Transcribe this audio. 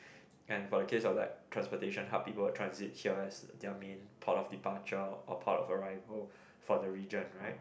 and for the case of like transportation hub people will transit here there mean a part of departure or part of arrival for the region right